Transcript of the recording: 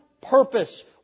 purpose